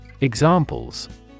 Examples